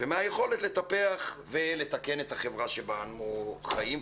ומהיכולת לטפח ולתקן את החברה שבה אנו חיים,